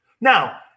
Now